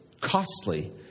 costly